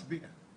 נצביע.